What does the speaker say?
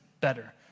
better